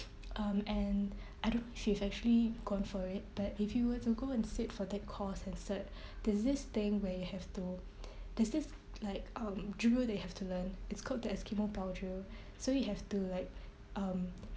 um and I don't know if you've actually gone for it but if you were to go and sit for that course and cert there's this thing where you have to there's this like um drill that you have to learn it's called the eskimo bow drill so you have to like um